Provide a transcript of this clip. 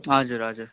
हजुर हजुर